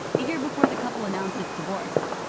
a year before the couple announced its divorce,